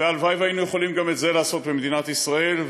והלוואי שהיינו יכולים גם את זה לעשות במדינת ישראל,